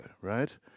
right